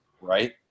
right